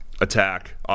attack